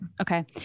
Okay